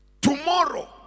Tomorrow